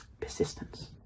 Persistence